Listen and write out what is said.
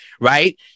right